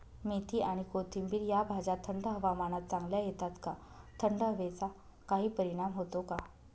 मेथी आणि कोथिंबिर या भाज्या थंड हवामानात चांगल्या येतात का? थंड हवेचा काही परिणाम होतो का?